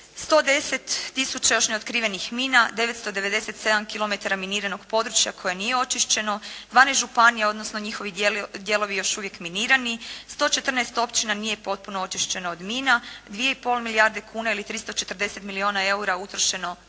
110 tisuća još neotkrivenih mina, 997 km miniranog područja koje nije očišćeno, 12 županija, odnosno njihovi dijelovi još uvijek minirani, 114 općina nije potpuno očišćeno od mina, 2,5 milijarde kuna ili 340 milijuna eura, utrošeno na